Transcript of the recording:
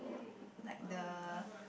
like the